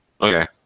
Okay